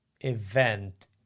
event